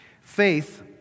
Faith